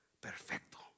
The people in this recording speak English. perfecto